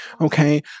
Okay